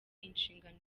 inshingano